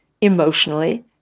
emotionally